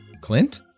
Clint